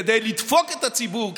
כדי לדפוק את הציבור,